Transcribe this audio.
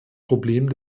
problem